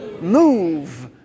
Move